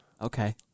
Okay